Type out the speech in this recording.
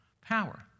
power